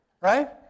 Right